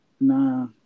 Nah